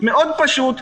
מאוד פשוט,